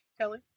Kelly